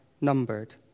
numbered